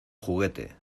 juguete